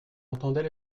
entendait